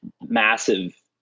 massive